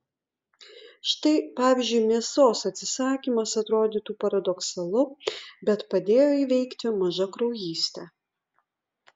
štai pavyzdžiui mėsos atsisakymas atrodytų paradoksalu bet padėjo įveikti mažakraujystę